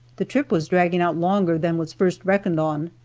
the trip was dragging out longer than was first reckoned on,